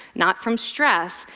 not from stress,